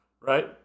right